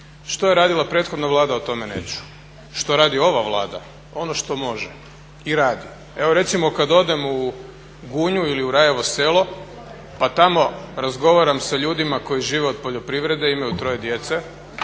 Što je radila prethodna Vlada, o tome neću. Što radi ova Vlada? Ono što može i radi. Evo recimo kada odem u Gunju ili u Rajevo selo pa tamo razgovaram sa ljudima koji žive od poljoprivrede i imaju 3 djece